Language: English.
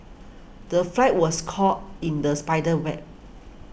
the fly was caught in the spider's web